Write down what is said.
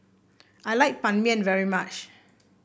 I like Ban Mian very much